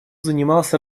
занимался